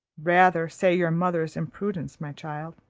rather say your mother's imprudence, my child,